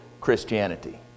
Christianity